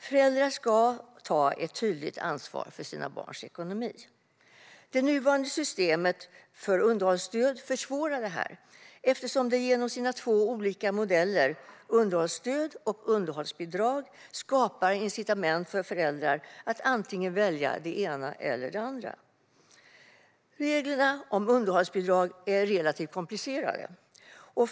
Föräldrar ska ta ett tydligt ansvar för sina barns ekonomi. Det nuvarande systemet för underhållsstöd försvårar detta, eftersom det genom sina två olika modeller - underhållsstöd och underhållsbidrag - skapar incitament för föräldrar att välja antingen det ena eller det andra. Reglerna om underhållsbidrag är relativt komplicerade.